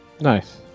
Nice